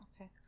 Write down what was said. Okay